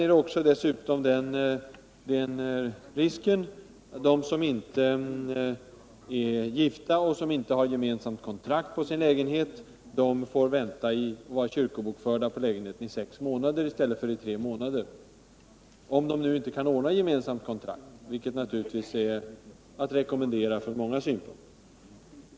Vidare finns den risken för de par som inte är gifta och som inte har gemensamt kontrakt på sin lägenhet att de måste vänta tills de varit kyrkobokförda för lägenheten i sex månader i stället för i tre månader innan de kan få lånet — om de inte kan ordna ett gemensamt kontrakt, vilket naturligtvis är att rekommendera från många synpunkter.